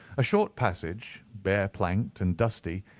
a short passage, bare planked and dusty,